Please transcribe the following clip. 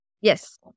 Yes